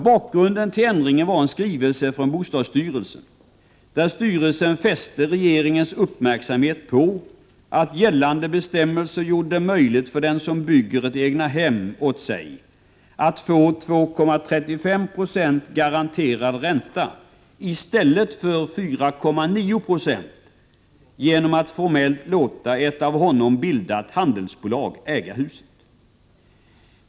Bakgrunden till ändringen var en skrivelse från bostadsstyrelsen, där styrelsen fäste regeringens uppmärksamhet på att gällande bestämmelser gjorde det möjligt för den som bygger ett egnahem åt sig att få 2,35 40 garanterad ränta i stället för 4,9 26 genom att formellt låta ett av honom bildat handelsbolag äga huset.